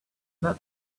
that